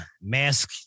mask